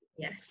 Yes